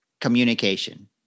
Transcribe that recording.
communication